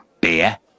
Beer